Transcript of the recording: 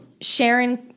Sharon